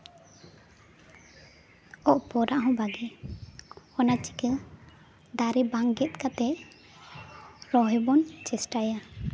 ᱚᱯᱚᱨᱟᱜ ᱦᱚᱸ ᱵᱷᱟᱜᱮ ᱚᱱᱟ ᱪᱤᱠᱟᱹ ᱫᱟᱨᱮ ᱵᱟᱝ ᱜᱮᱫ ᱠᱟᱛᱮ ᱨᱚᱦᱚᱭ ᱵᱚᱱ ᱪᱮᱥᱴᱟᱭᱟ